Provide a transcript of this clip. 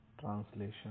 Translation